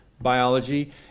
biology